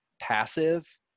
passive